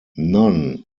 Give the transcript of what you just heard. none